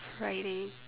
fried egg